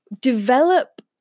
develop